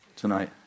Tonight